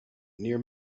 near